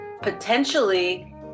potentially